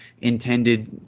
intended